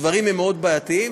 הדברים מאוד בעייתיים,